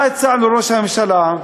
מה הצענו לראש הממשלה?